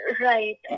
Right